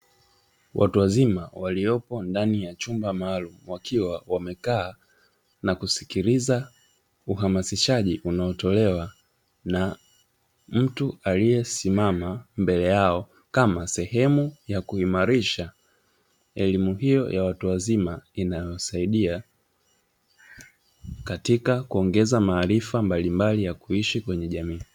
Watu wazima waliopo ndani ya chumba maalumu, wakiwa wamkaa na kusikiliza uhamasishaji unaotolewa, na mtu aliyesimama mbele yao kama sehemu ya kuimarisha elimu hiyo ya watu wazima inayosaidia katika kuongeza maarifa mbalimbali ya kuishi kwenye jamii.